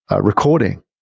recording